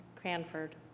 Cranford